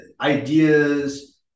ideas